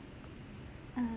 err